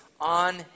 on